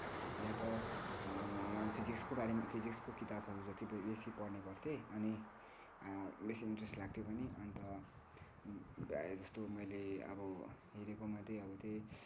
या त फिजिक्सको बारेमा फिजिक्सको किताबहरू जति पनि बेसी पढ्ने गर्थेँ अनि बेसी इन्ट्रेस्ट लाग्थ्यो पनि अन्त प्राय जस्तो मैले अब हेरेकोमा चाहिँ अब त्यही